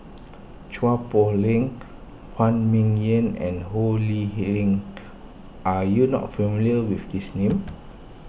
Chua Poh Leng Phan Ming Yen and Ho Lee Ling are you not familiar with these names